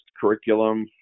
curriculum